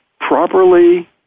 properly